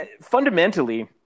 fundamentally